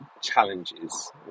challenges